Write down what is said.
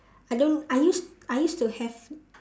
I don't I use I used to have